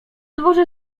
dworze